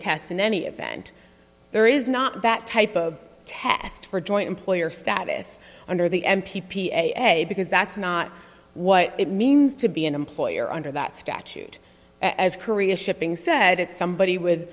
test in any event there is not that type of test for joint employer status under the m p p a because that's not what it means to be an employer under that statute as korea shipping said it's somebody with